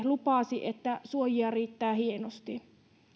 lupasi että suojia riittää hienosti